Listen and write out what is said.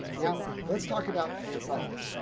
now, let's talk about pants like this.